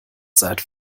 seit